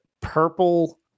purple